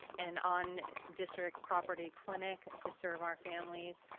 an on district property clinic to serve our families.